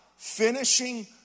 finishing